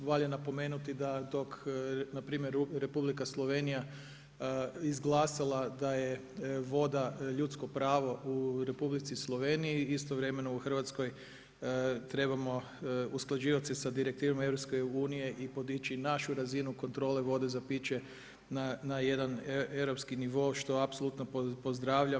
Valja napomenuti da dok na primjer Republika Slovenija izglasala da je voda ljudsko pravo u Republici Sloveniji istovremeno u Hrvatskoj trebamo usklađivati sa direktivama EU i podići našu razinu kontrole vode za piće na jedan europski nivo što apsolutno pozdravljam.